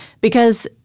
because-